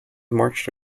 marched